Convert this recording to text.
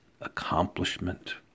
accomplishment